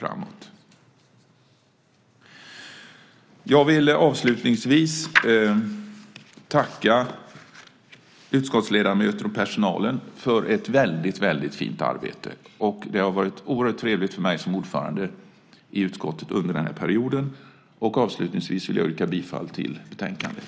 Avslutningsvis vill jag tacka utskottsledamöter och personal för ett väldigt fint arbete. Det har varit oerhört trevligt för mig som ordförande i utskottet under den här perioden. Jag vill yrka bifall till förslaget i betänkandet.